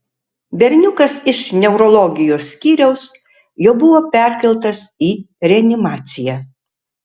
berniukas iš neurologijos skyriaus jau buvo perkeltas į reanimaciją